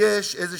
שיש איזו